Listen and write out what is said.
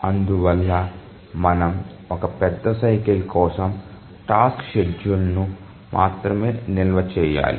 అందువల్ల మనము ఒక పెద్ద సైకిల్ కోసం టాస్క్ షెడ్యూల్ను మాత్రమే నిల్వ చేయాలి